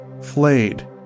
flayed